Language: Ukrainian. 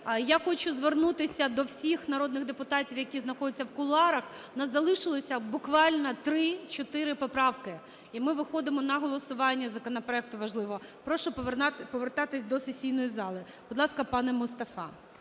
я хочу звернутися до всіх народних депутатів, які знаходяться в кулуарах. У нас залишилося буквально три-чотири поправки - і ми виходимо на голосування законопроекту важливого. Прошу повертатися до сесійної зали. Будь ласка, пане Мустафа.